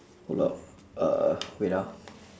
hold up uh wait ah